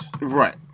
Right